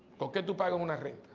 will get to play um and i mean